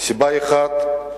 סיבה אחת,